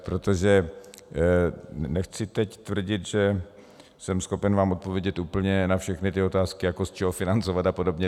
Protože nechci teď tvrdit, že jsem schopen vám odpovědět úplně na všechny otázky, jako z čeho financovat a podobně.